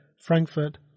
Frankfurt